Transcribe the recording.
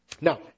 Now